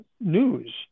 news